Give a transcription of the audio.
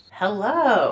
hello